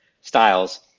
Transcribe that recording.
styles